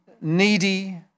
needy